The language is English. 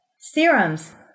Serums